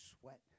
sweat